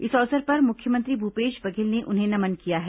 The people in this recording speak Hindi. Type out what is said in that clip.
इस अवसर पर मुख्यमंत्री भूपेश बघेल ने उन्हें नमन किया है